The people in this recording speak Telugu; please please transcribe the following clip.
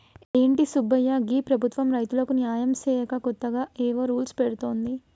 ఏంటి సుబ్బయ్య గీ ప్రభుత్వం రైతులకు న్యాయం సేయక కొత్తగా ఏవో రూల్స్ పెడుతోంది